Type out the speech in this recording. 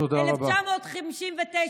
תודה רבה.